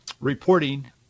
reporting